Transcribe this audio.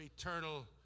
eternal